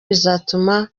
bizatuma